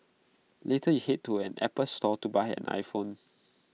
later you Head to an Apple store to buy an iPhone